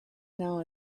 now